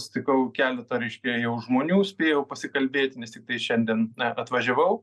sutikau keletą reiškia jau žmonių spėjau pasikalbėti nes tiktai šiandien atvažiavau